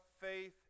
faith